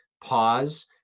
pause